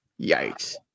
Yikes